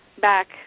back